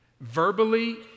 Verbally